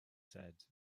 said